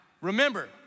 remember